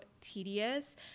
tedious